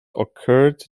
occurred